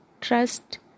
trust